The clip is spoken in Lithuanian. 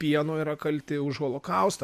pieno yra kalti už holokaustą